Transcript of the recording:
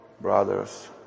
brothers